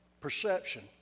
perception